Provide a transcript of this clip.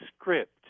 script